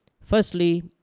Firstly